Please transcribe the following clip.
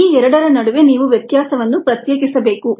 ಈ ಎರಡರ ನಡುವೆ ನೀವು ವ್ಯತ್ಯಾಸವನ್ನು ಪ್ರತ್ಯೇಕಿಸಬೇಕು